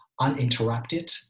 uninterrupted